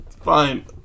fine